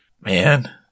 Man